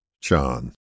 John